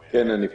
כן, אני פה.